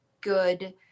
good